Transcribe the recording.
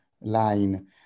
line